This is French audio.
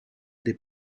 des